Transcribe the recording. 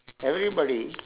everybody